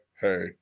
hey